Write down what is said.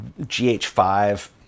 GH5